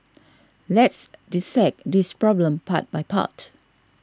let's dissect this problem part by part